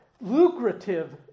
lucrative